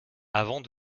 avant